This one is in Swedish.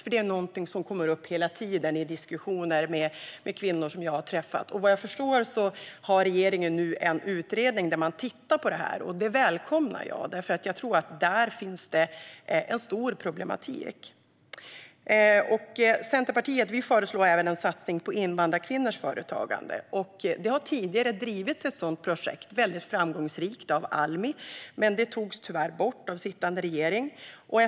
Detta är någonting som hela tiden kommit upp i diskussioner med kvinnor som jag har träffat. Vad jag förstår har regeringen nu en utredning där man tittar på detta. Det välkomnar jag, för jag tror att det finns en stor problematik på detta område. Centerpartiet föreslår även en satsning på invandrarkvinnors företagande. Ett sådant projekt har tidigare drivits väldigt framgångsrikt av Almi, men det togs tyvärr bort av den sittande regeringen.